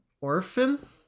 orphan